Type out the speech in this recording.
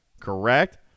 correct